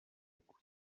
kuva